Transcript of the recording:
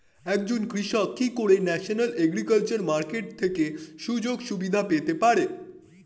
একজন কৃষক কি করে ন্যাশনাল এগ্রিকালচার মার্কেট থেকে সুযোগ সুবিধা পেতে পারে?